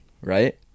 right